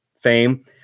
fame